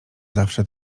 zawsze